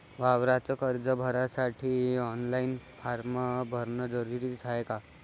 वावराच कर्ज घ्यासाठी ऑनलाईन फारम भरन जरुरीच हाय का?